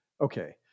okay